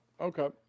okay